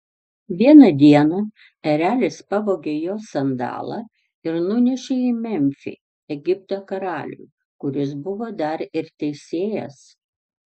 vieną dieną erelis pavogė jos sandalą ir nunešė į memfį egipto karaliui kuris buvo dar ir teisėjas